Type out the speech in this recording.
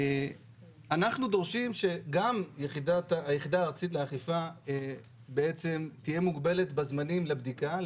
אנחנו דורשים שגם היחידה הארצית לאכיפה תהיה מוגבלת בזמנים לבדיקה.